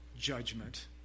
judgment